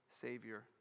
Savior